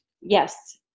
Yes